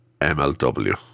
MLW